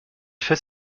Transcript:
fait